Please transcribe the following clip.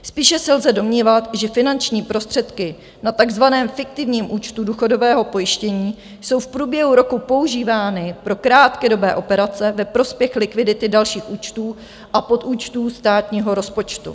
Spíše se lze domnívat, že finanční prostředky na takzvaném fiktivním účtu důchodového pojištění jsou v průběhu roku používány pro krátkodobé operace ve prospěch likvidity dalších účtů a podúčtů státního rozpočtu.